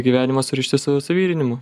gyvenimą surišti su suvirinimu